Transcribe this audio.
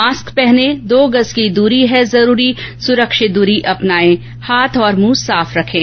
mask पहनें दो गज़ की दूरी है जरूरी सुरक्षित दूरी बनाए रखें हाथ और मुंह साफ रखें